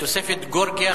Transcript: תוספת גאורגיה,